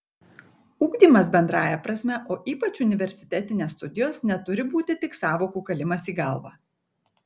ugdymas bendrąja prasme o ypač universitetinės studijos neturi būti tik sąvokų kalimas į galvą